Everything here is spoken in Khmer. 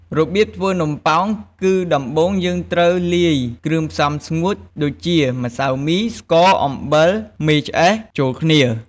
របៀបធ្វើនំប៉ោង គឺដំបូងយើងត្រូវលាយគ្រឿងផ្សំស្ងួតដូចជា ម្សៅមី ស្ករ អំបិល មេឆ្អេះ ចូលគ្នា។